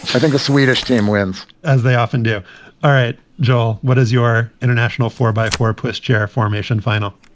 i think a swedish team wins as they often do all right. joel, what is your international four-by-four pushchair formation final?